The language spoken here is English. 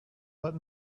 but